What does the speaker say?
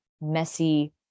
messy